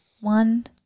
One